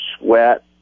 sweat